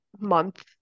month